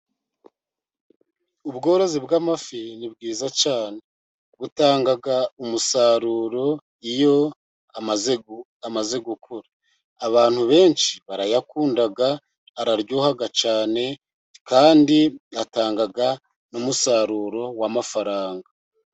Ubworozi bw'amafi ni bwiza cyane, butanga umusaruro iyo amaze gukura. Abantu benshi barayakunda araryoha cyane, kandi atanga n'umusaruro w'amafaranga.